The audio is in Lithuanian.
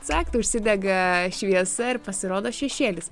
cakt užsidega šviesa ir pasirodo šešėlis